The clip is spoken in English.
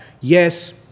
yes